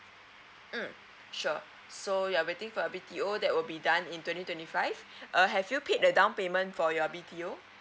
mm sure so you're waiting for a B_T_O that will be done in twenty twenty five err have you paid the down payment for your B_T_O